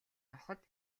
ноход